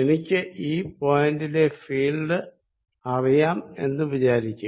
എനിക്ക് ഈ പോയിന്റിലെ ഫീൽഡ് അറിയാം എന്ന് വിചാരിക്കുക